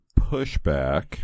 pushback